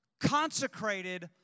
consecrated